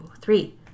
three